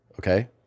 okay